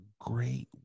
great